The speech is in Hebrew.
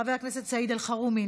חבר הכנסת סעיד אלחרומי,